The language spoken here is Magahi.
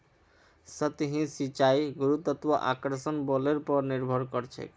सतही सिंचाई गुरुत्वाकर्षण बलेर पर निर्भर करछेक